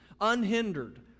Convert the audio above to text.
unhindered